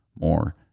more